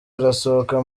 asohoka